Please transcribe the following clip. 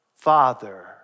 father